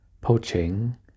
poaching